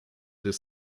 des